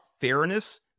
fairness